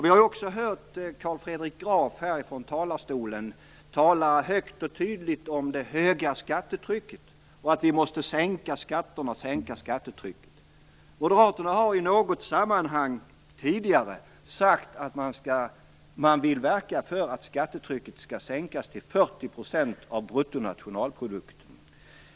Vi har också hört Carl Fredrik Graf från talarstolen tala högt och tydligt om det höga skattetrycket och att vi måste sänka skatterna och minska skattetrycket. Moderaterna har i något sammanhang tidigare sagt att man vill verka för att skattetrycket skall sänkas till 40 % av bruttonationalprodukten.